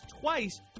twice